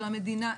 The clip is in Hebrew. של המדינה.